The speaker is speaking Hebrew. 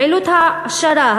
פעילות העשרה,